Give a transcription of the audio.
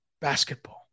basketball